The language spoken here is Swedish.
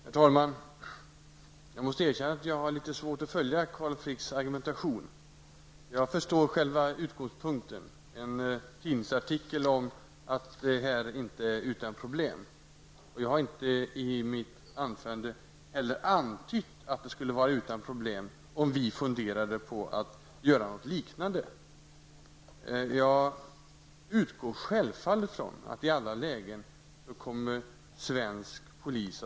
Herr talman! Jag måste erkänna att jag har litet svårt att följa Carl Fricks argumentation. Jag förstår själva utgångspunkten, en tidningsartikel om att detta inte är utan problem. I mitt anförande antydde jag inte heller att det skulle vara utan problem, om vi funderade på att göra något liknande. Jag utgår självfallet ifrån att svensk polis i alla lägen kommer att följa svensk lag.